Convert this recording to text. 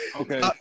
Okay